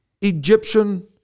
Egyptian